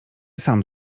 sam